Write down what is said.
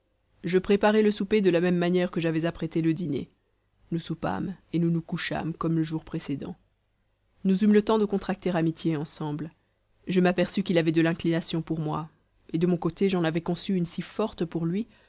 je préparai le souper de la même manière que j'avais apprêté le dîner nous soupâmes et nous nous couchâmes comme le jour précédent nous eûmes le temps de contracter amitié ensemble je m'aperçus qu'il avait de l'inclination pour moi et de mon côté j'en avais conçu une si forte pour lui